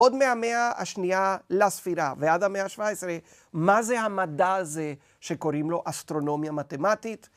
עוד מהמאה השנייה לספירה, ועד המאה ה-17, מה זה המדע הזה שקוראים לו אסטרונומיה מתמטית?